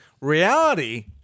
reality